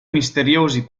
misteriosi